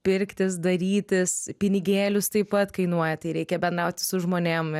pirktis darytis pinigėlius taip pat kainuoja tai reikia bendrauti su žmonėm